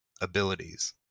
abilities